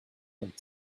mint